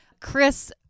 Chris